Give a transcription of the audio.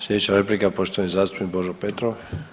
Slijedeća replika poštovani zastupnik Božo Petrov.